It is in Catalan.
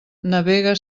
navega